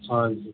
हजुर